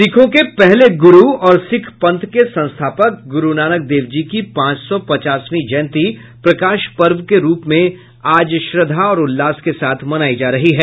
सिखों के पहले गुरु और सिख पंथ के संस्थापक गुरु नानक देव जी की पांच सौ पचासवीं जयंती प्रकाश पर्व के रूप में आज श्रद्धा और उल्लास के साथ मनायी जा रही है